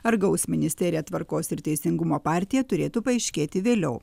ar gaus ministeriją tvarkos ir teisingumo partija turėtų paaiškėti vėliau